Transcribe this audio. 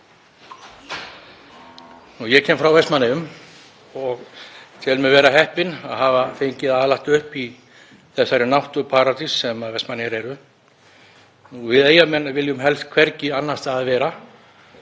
Ég kem frá Vestmannaeyjum og tel mig vera heppinn að hafa fengið að alast upp í þeirri náttúruparadís sem Vestmannaeyjar eru. Við Eyjamenn viljum helst hvergi annars staðar vera.